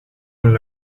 will